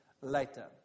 later